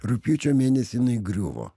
rugpjūčio mėnesį jinai griuvo